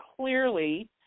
clearly